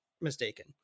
mistaken